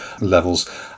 levels